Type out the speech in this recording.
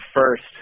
first